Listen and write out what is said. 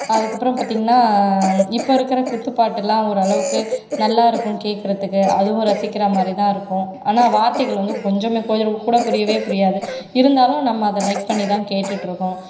அதுக்கப்பறம் பார்த்தீங்கன்னா இப்போ இருக்கற குத்து பாட்டெல்லாம் ஓரளவுக்கு நல்லா இருக்கும் கேட்கறத்துக்கு அதுவும் ரசிக்கிற மாதிரிதான் இருக்கும் ஆனால் வார்த்தைகள் வந்து கொஞ்சமே கொஞ்சம் கூட புரியவே புரியாது இருந்தாலும் நம்ம அதை லைக் பண்ணிதான் கேட்டுடிருக்கோம்